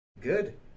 Good